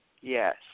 Yes